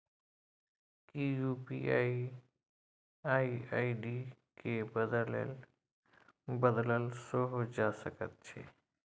कि UPI ID केँ बदलल सेहो जा सकैत छै?